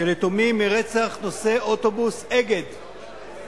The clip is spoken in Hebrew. של היתומים מרצח נוסעי אוטובוס "אגד"